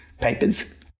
papers